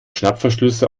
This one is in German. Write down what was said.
schnappverschlüsse